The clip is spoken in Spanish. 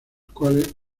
cuales